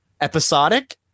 episodic